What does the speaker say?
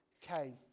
came